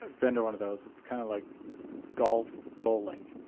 and been to one of those. it's kind of like golf bowling.